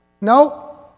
No